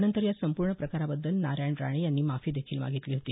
नंतर या संपूर्ण प्रकाराबद्दल नारायण राणे यांनी माफी मागितली होती